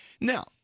Now